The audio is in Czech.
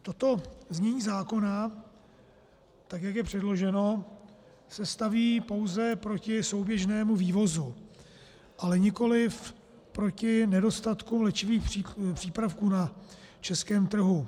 Toto znění zákona, tak jak je předloženo, se staví pouze proti souběžnému vývozu, ale nikoliv proti nedostatku léčivých přípravků na českém trhu.